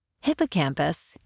hippocampus